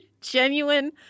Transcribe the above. genuine